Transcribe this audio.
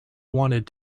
wanted